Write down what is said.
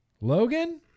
Logan